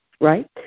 right